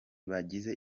bagize